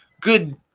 good